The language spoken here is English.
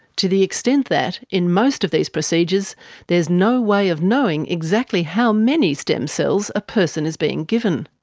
to the extent that in most of these procedures there is no way of knowing exactly how many stem cells a person is being given.